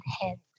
head